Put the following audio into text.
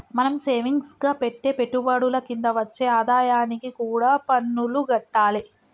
మనం సేవింగ్స్ గా పెట్టే పెట్టుబడుల కింద వచ్చే ఆదాయానికి కూడా పన్నులు గట్టాలే